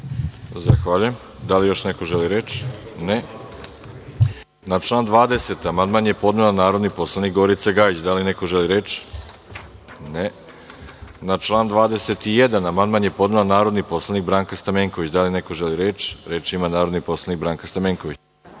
Zahvaljujem. Da li još neko želi reč? (Ne)Na član 20. amandman je podnela narodni poslanik Gorica Gajić. Da li neko želi reč? (Ne)Na član 21. amandman je podnela narodni poslanik Branka Stamenković. Reč ima narodni poslanik Branka Stamenković.